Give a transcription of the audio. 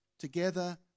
Together